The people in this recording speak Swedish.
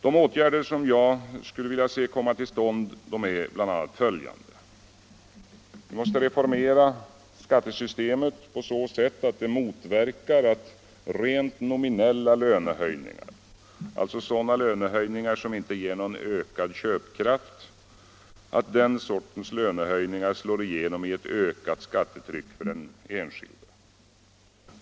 De åtgärder som jag vill ha till stånd är bl.a. följande: Vi måste reformera skattesystemet på så sätt att det motverkar att rent nominella lönehöjningar — alltså sådana lönehöjningar som inte ger någon ökad köpkraft — slår igenom i ett ökat skattetryck för den enskilde.